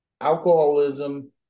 alcoholism